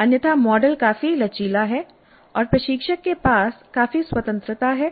अन्यथा मॉडल काफी लचीला है और प्रशिक्षक के पास काफी स्वतंत्रता है